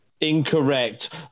Incorrect